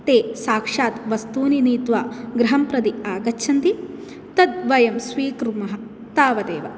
ते साक्षात् वस्तूनि नीत्वा गृहं प्रति आगच्छन्ति तत् वयं स्वीक्रुर्मः तावदेव